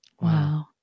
Wow